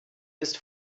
ist